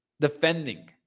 defending